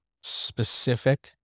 specific